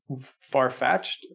far-fetched